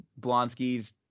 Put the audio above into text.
Blonsky's